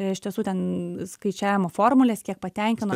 iš tiesų ten skaičiavimo formulės kiek patenkino